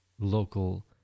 local